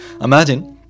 Imagine